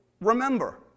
remember